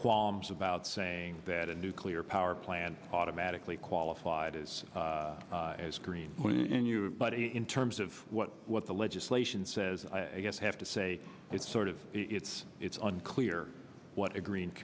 qualms about saying that a nuclear power plant automatically qualified is as green but in terms of what what the legislation says i guess have to say it's sort of it's it's unclear what a green